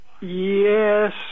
Yes